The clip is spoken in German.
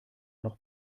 noch